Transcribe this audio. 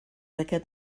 aquest